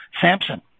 Samson